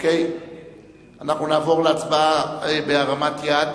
אנחנו נעבור להצבעה בהרמת יד.